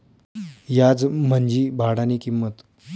याज म्हंजी भाडानी किंमत